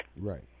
Right